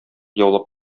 яулап